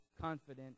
confident